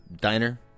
Diner